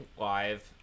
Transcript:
live